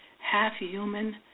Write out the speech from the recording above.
half-human